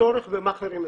הצורך במאכערים אצלנו.